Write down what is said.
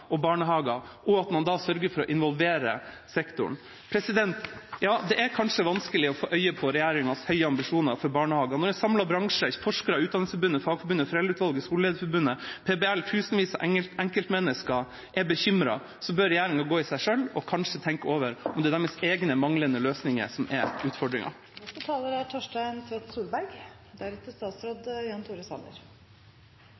og barnehager, og at man sørger for å involvere sektoren. Ja, det er kanskje vanskelig å få øye på regjeringas høye ambisjoner for barnehagene. Når en samlet bransje, forskere, Utdanningsforbundet, Fagforbundet, Foreldreutvalget, Skolelederforbundet, Private Barnehagers Landsforbund, PBL, og tusenvis av enkeltmennesker er bekymret, bør regjeringa gå i seg selv og kanskje tenke over om det er deres egne manglende løsninger som er utfordringen. Jeg synes nesten det er